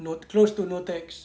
not close to no tax